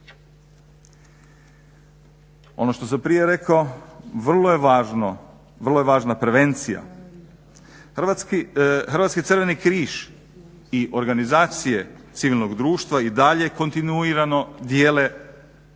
Ono što sam prije rekao, vrlo je važna prevencija. Hrvatski Crveni križ i organizacije civilnog društva i dalje kontinuirano dijele